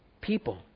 people